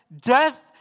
death